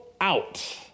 out